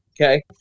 Okay